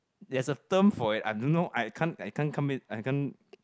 there's a term for it I don't know I can't I can't come it I can't